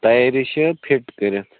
تیاری چھِ فِٹ کٔرِتھ